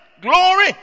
glory